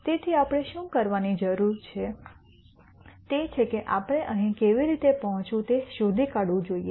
તેથી આપણે શું કરવાની જરૂર છે તે છે કે આપણે અહીં કેવી રીતે પહોંચવું તે શોધી કાઢવું જોઈએ